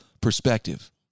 perspective